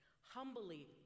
humbly